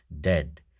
dead